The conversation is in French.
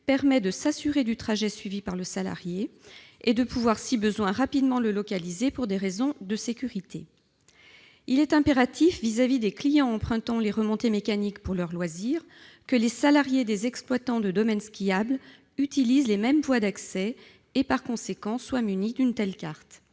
permet de s'assurer du trajet suivi par le salarié et de pouvoir, si besoin, rapidement le localiser pour des raisons de sécurité. Il est impératif, à l'égard des clients empruntant les remontées mécaniques pour leur loisir, que les salariés des exploitants de domaines skiables utilisent les mêmes voies d'accès et, par conséquent, soient munis d'une telle carte.